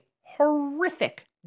horrific